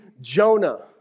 Jonah